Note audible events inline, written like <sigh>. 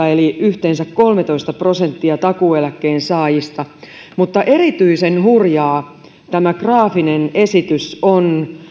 <unintelligible> eli yhteensä kolmetoista prosenttia takuueläkkeen saajista mutta erityisen hurja tämä graafinen esitys on